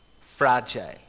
fragile